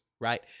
right